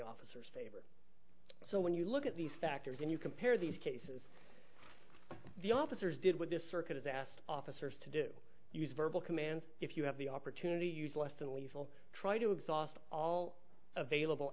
officers so when you look at these factors and you compare these cases the officers did with this circuit has asked officers to do use verbal commands if you have the opportunity use less than lethal try to exhaust all available